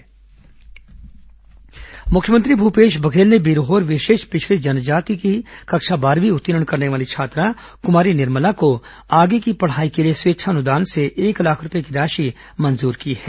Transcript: बिरहोर जनजाति छात्रा मदद मुख्यमंत्री भुपेश बघेल ने बिरहोर विशेष पिछडी जनजाति की कक्षा बारहवीं उत्तीर्ण करने वाली छात्रा कमारी निर्मला को आगे की पढाई के लिए स्वेच्छा अनुदान से एक लाख रूपये की राशि मंजुर की है